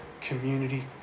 community